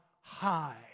high